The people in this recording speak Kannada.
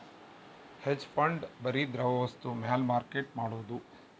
ಹೆಜ್ ಫಂಡ್ ಬರಿ ದ್ರವ ವಸ್ತು ಮ್ಯಾಲ ಮಾರ್ಕೆಟ್ ಮಾಡೋದು